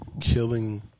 killing